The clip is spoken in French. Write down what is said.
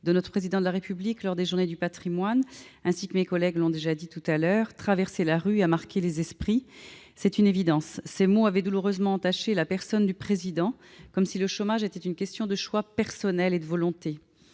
de M. le Président de la République lors des Journées du patrimoine. Mes collègues l'ont déjà dit, l'expression « traverser la rue » a marqué- c'est évident -les esprits. Ces mots avaient douloureusement entaché la personne du président, comme si le chômage était une question de choix personnel et de volonté.